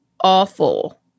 awful